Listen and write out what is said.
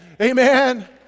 Amen